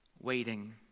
waiting